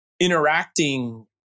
interacting